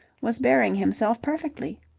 was bearing himself perfectly.